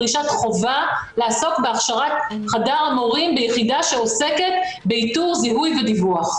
דרישת חובה לעסוק בהכשרת חדר המורים ביחידה שעוסקת באיתור זיהוי ודיווח.